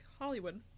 Hollywood